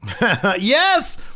Yes